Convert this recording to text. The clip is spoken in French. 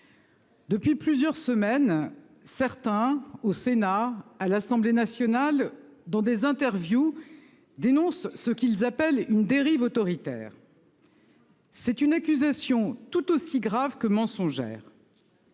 depuis plusieurs semaines, certains, à l'Assemblée nationale, au Sénat ou dans des interviews, dénoncent ce qu'ils appellent « une dérive autoritaire ». C'est une accusation tout aussi grave que mensongère.